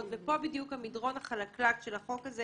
ופה בדיוק המדרון החלקלק של החוק הזה